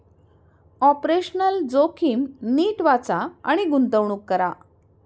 operational जोखीम नीट वाचा आणि गुंतवणूक करा